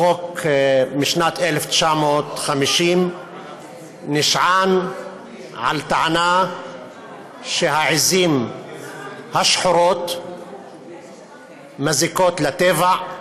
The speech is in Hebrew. החוק משנת 1950 נשען על טענה שהעיזים השחורות מזיקות לטבע,